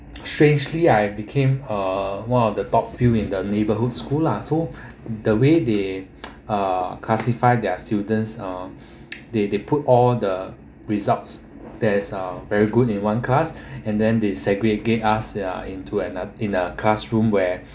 strangely I became uh one of the top few in the neighbourhood school lah so the way they uh classify their students ah they they put all the results that is uh very good in one class and then they segregate us ya into ano~ in a classroom where